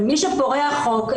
אבל מי שפורע חוק,